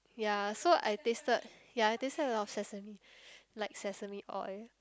ya so I tasted ya I tasted a lot of sesame like sesame oil